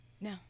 no